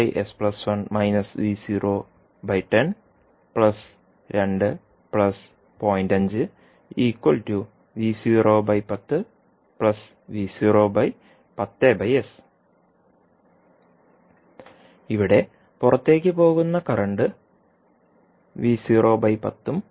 ഇവിടെ പുറത്തേക്ക് പോകുന്ന കറന്റ് ഉം ഇവിടെ പുറത്തേക്ക് പോകുന്ന കറന്റ് ഉം ആയിരിക്കും